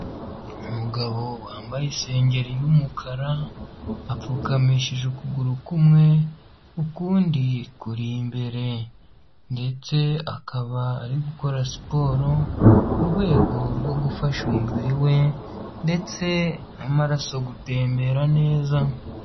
Umugabo wambaye isengeri y'umukara, apfukamishije ukuguru kumwe, ukundi kuri imbere ndetse akaba ari gukora siporo mu rwego rwo gufasha umubiri we ndetse n'amaraso gutembera neza.